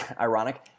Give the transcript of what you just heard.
ironic